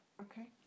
Okay